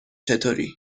چطوری